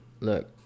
Look